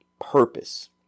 purpose